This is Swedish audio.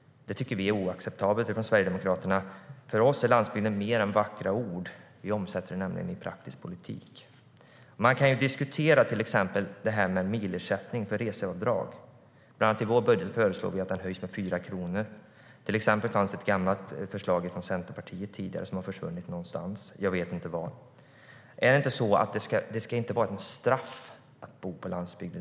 Det tycker Sverigedemokraterna är oacceptabelt. För oss är landsbygden mer än vackra ord. Och vi omsätter det i praktisk politik. Vi kan till exempel diskutera milersättning för reseavdrag. I vår budget föreslår vi bland annat att den höjs med 4 kronor. Det fanns ett gammalt förslag från Centerpartiet som har förvunnit någonstans; jag vet inte var. Det ska inte vara ett straff att bo på landsbygden.